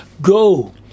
Go